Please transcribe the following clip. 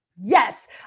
Yes